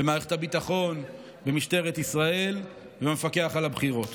במערכת הביטחון ובמשטרת ישראל ושל המפקח על הבחירות.